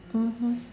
mmhmm